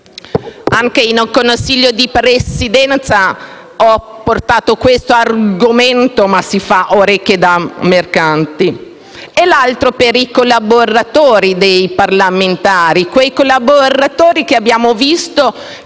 anche in Consiglio di Presidenza ho portato questo argomento, ma si fanno orecchie da mercante - e l'altro per i collaboratori dei parlamentari, che, come abbiamo visto,